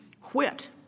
quit